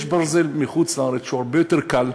יש ברזל מחוץ-לארץ שהוא הרבה יותר קל,